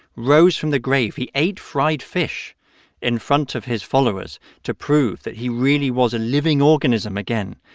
rose from the grave. he ate fried fish in front of his followers to prove that he really was a living organism again.